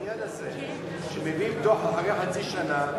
העניין הזה שמביאים דוח אחרי חצי שנה